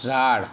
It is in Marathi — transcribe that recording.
झाड